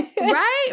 right